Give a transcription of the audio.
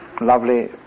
lovely